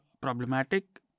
problematic